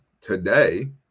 today